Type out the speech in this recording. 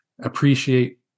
appreciate